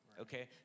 okay